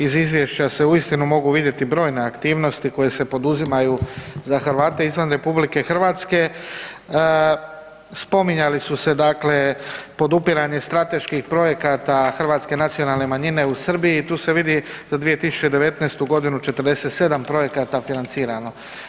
Iz izvješća se uistinu mogu vidjeti brojne aktivnosti koje se poduzimaju za Hrvate izvan RH, spominjali su se podupiranje strateških projekata Hrvatske nacionalne manjine u Srbiji, tu se vidi za 2019.g. 47 projekata financirano.